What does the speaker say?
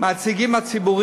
ונציגי הציבור